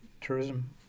tourism